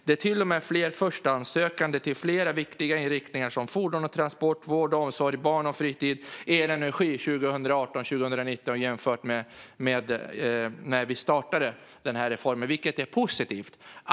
Det är till och med fler förstahandssökande till viktiga inriktningar som fordon och transport, vård och omsorg, barn och fritid och el och energi 2018-2019 jämfört med när vi startade den här reformen. Det är positivt.